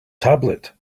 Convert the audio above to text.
tablet